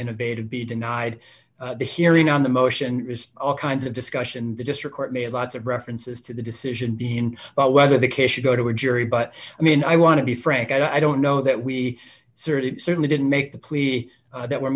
innovative be denied the hearing on the motion all kinds of discussion but just record made lots of references to the decision being about whether the case should go to a jury but i mean i want to be frank i don't know that we certainly certainly didn't make the plea that we're